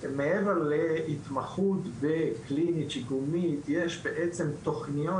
מעבר להתמחות קלינית שיקומית יש תוכניות